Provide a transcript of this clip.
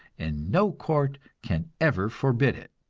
and no court can ever forbid it!